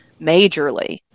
majorly